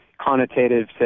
connotative